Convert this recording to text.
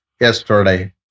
yesterday